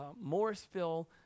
Morrisville